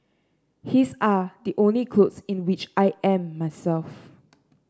his are the only clothes in which I am myself